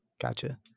gotcha